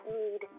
need